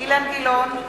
אילן גילאון,